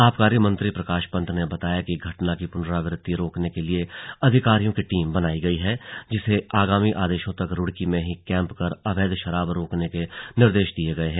आबकारी मंत्री प्रकाश पंत ने बताया कि घटना की पुनरावृत्ति रोके जाने के लिए अधिकारियों की टीम बनाई गई है जिसे अग्रिम आदेशों तक रूड़की में ही कैंप कर अवैध मदिरा रोकने के निर्देश दिये गये हैं